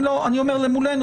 אני אומר מולנו,